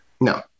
no